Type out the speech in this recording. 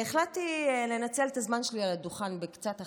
והחלטתי לנצל את הזמן שלי על הדוכן קצת אחרת,